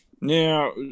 Now